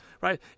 right